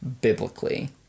biblically